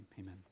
amen